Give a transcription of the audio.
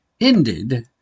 ended